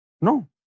No